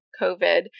covid